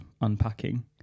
unpacking